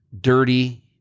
dirty